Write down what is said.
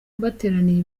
bateraniye